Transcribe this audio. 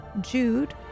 Jude